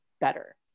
better